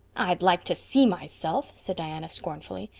i'd like to see myself, said diana scornfully.